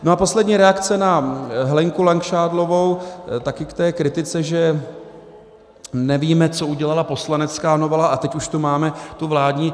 A poslední reakce na Helenku Langšádlovou ke kritice, že nevíme, co udělala poslanecká novela, a teď už tu máme tu vládní.